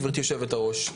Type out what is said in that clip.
גבירתי יושבת-הראש,